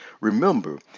Remember